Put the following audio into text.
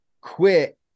quit